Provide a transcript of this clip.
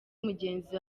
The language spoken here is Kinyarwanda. mugenzi